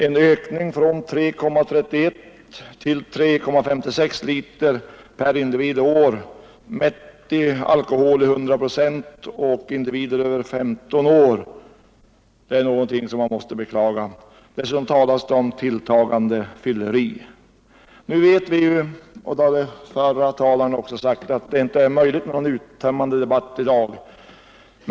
En ökning från 3,31 till 3,56 liter per individ och år, ”mätt i alkohol 100 procent per invånare över 15 år” — det är någonting som man måste beklaga. Dessutom talas det om tilltagande fylleri. Nu vet vi — som de föregående talarna också har sagt — att det inte är möjligt med någon uttömmande debatt i dag.